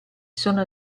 sono